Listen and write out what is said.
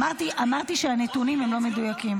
אמרתי שהנתונים הם לא מדויקים.